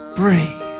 breathe